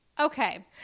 okay